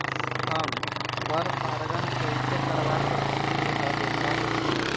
हम पर पारगन कैसे करवा सकली ह गेंदा के फसल में?